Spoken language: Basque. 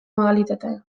modalitatea